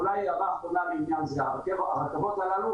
אולי הערה אחרונה הרכבות הללו